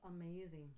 amazing